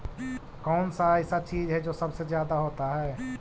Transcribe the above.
कौन सा ऐसा चीज है जो सबसे ज्यादा होता है?